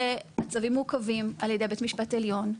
הצווים מעוכבים על ידי בית המשפט העליון,